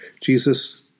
Jesus